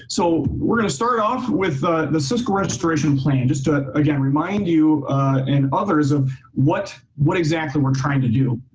so we're going to start off with the cisco restoration plan, just to again remind you and others of what what exactly we're trying to do.